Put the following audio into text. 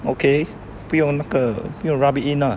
okay 不用那个不用 rub it in lah